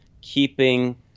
keeping